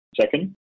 Second